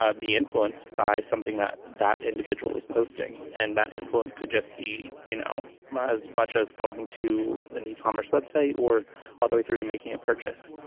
ah be influenced by something that that individual is posting. and that influence could just be you know as much as going to an e-commerce web site or all the way through to making a purchase.